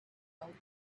would